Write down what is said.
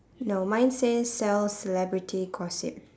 no mine says sell celebrity gossip